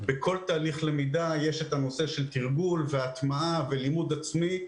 בכל תהליך למידה יש תרגול והטמעה ולימוד עצמי,